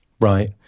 Right